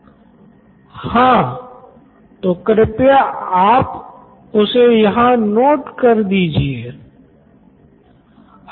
professor तो हम इसे आपका जवाब मान लेते हैं की क्यो अलग अलग विषयों की अलग नोट बुक्स बनाने को अध्यापक छात्रों से कहते हैं